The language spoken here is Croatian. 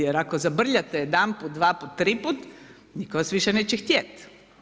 Jer ako zabrljate jedanput, dva puta, tri puta, nitko vas više neće htjeti.